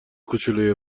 کوچولوی